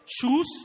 shoes